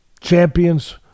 champions